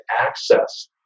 access